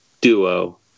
duo